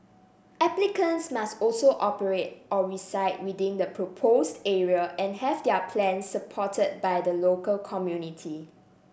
applicants must also operate or reside within the proposed area and have their plans supported by the local community